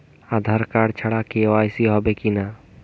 আধার card ছাড়া KYC হবে কিনা?